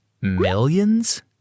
Millions